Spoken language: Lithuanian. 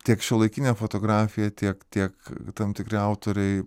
tiek šiuolaikinė fotografija tiek tiek tam tikri autoriai